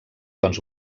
tons